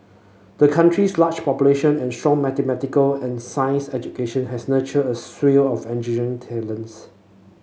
the country's large population and strong mathematical and sciences education has nurtured a slew of engineering talents